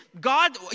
God